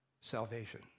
salvation